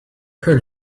heard